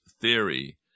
theory